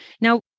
Now